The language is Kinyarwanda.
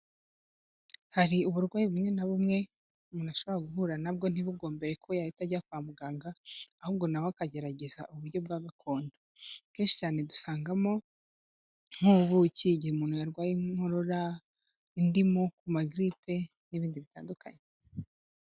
Hari uburwayi bumwe na bumwe umuntu ashobora guhura na bwo ntibigombere ko yahita ajya kwa muganga, ahubwo na we akagerageza uburyo bwa gakondo. AKenshi cyane dusangamo nk'ububuki igihe umuntu yarwaye nk'inkorora, indimu ku magiripe n'ibindi bitandukanye.